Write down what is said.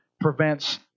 prevents